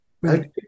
Right